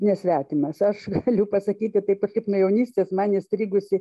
nesvetimas aš galiu pasakyti taip kažkaip nuo jaunystės man įstrigusį